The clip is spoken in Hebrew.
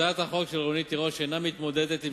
הצעת החוק של רונית תירוש אינה מתמודדת עם